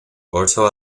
porto